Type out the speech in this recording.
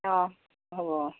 অঁ হ'ব অঁ